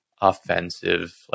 offensive